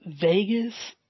Vegas